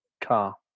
car